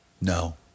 No